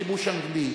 וכיבוש אנגלי,